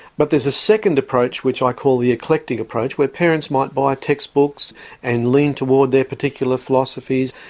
but there's a second approach, which i call the eclectic approach, where parents might buy textbooks and lean toward their particular philosophies.